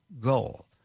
goal